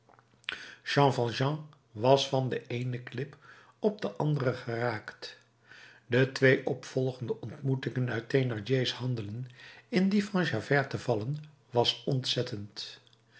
was van de eene klip op de andere geraakt deze twee opvolgende ontmoetingen uit thénardiers handen in die van javert te vallen was ontzettend